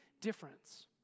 difference